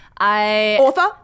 Author